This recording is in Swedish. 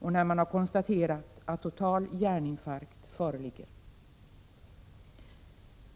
och när man har konstaterat att total hjärninfarkt föreligger.